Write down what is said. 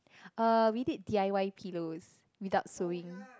uh we did D_I_Y pillows without sewing